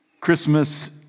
Christmas